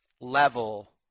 level